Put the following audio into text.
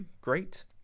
great